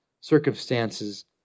circumstances